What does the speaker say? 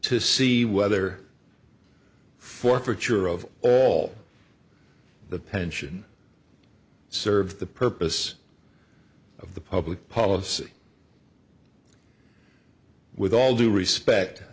to see whether forfeiture of all the pension served the purpose of the public policy with all due respect